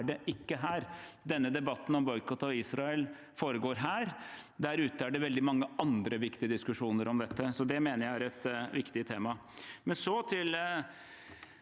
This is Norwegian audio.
Slik er det ikke her. Denne debatten om boikott av Israel foregår her. Der ute er det veldig mange andre viktige diskusjoner om dette. Det mener jeg er et viktig tema.